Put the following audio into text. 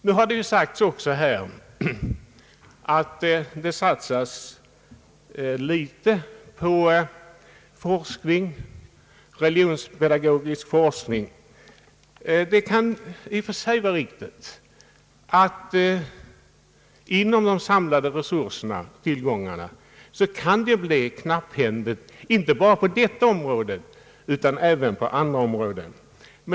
Nu har det här sagts att det satsas föga på religionspedagogisk forskning. Det kan i och för sig vara riktigt att det inom ramen för de samlade tillgångarna kan bli knapphändigt inte bara på detta område utan även på andra områden.